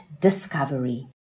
discovery